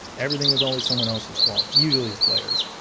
everything was always someone else's fault, usually his players.